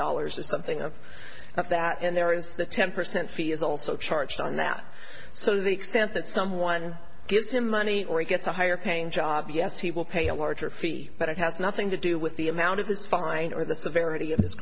dollars or something of that and there is the temper sent fee is also charged on that so the extent that someone gives him money or he gets a higher paying job yes he will pay a larger fee but it has nothing to do with the amount of his fine or the severity of his